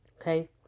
Okay